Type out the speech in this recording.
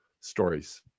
stories